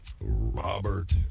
Robert